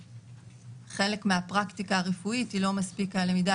חלק מהפרקטיקה הרפואית היא לא מספיק הלמידה